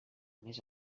més